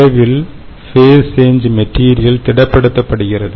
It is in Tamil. இரவில் ஃபேஸ் சேஞ் மெட்டீரியல் திடப் படுத்தப்படுகிறது